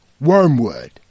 wormwood